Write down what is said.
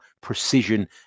precision